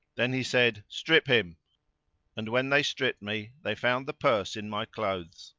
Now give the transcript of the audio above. then he said strip him and, when they stripped me, they found the purse in my clothes.